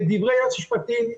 דברי יועץ משפטי,